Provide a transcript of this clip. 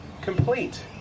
complete